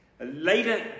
Later